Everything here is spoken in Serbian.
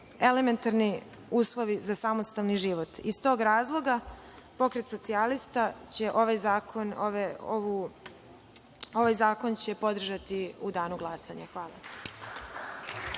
eventualni uslovi za samostalni život. Iz tog razloga Pokret socijalista će ovaj zakon podržati u danu glasanja. Hvala.